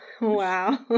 Wow